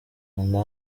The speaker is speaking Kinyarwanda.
kanda